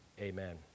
amen